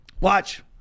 Watch